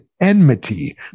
Enmity